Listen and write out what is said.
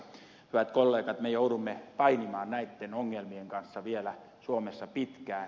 hyvät kollegat me joudumme painimaan näitten ongelmien kanssa suomessa vielä pitkään